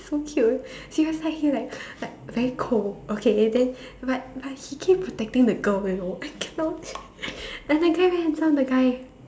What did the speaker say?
so cute he was like he will like like very cold okay then but but he keep protecting the girl you know I cannot and that guy very handsome the guy